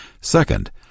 Second